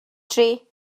tri